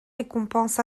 récompenses